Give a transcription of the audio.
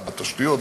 בתשתיות,